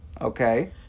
Okay